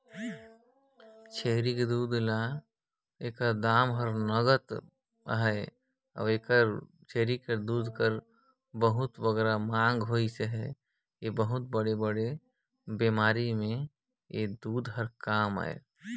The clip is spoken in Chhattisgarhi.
छेरी दूद ल पिए बर कमती बउरे जाथे एला कुछु काही दवई बर जादा उपयोग करथे